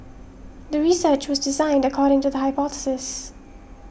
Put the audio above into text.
the research was designed according to the hypothesis